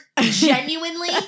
genuinely